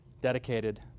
dedicated